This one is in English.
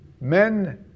men